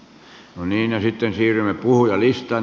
no niin sitten siirrymme puhujalistaan